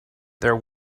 there